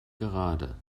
gerade